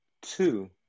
Two